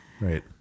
Right